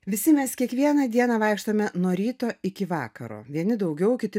visi mes kiekvieną dieną vaikštome nuo ryto iki vakaro vieni daugiau kiti